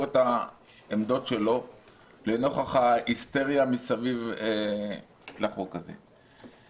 את העמדות שלו לנוכח ההיסטריה מסביב לחוק הזה.